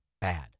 bad